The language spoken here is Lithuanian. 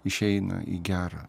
išeina į gera